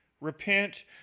repent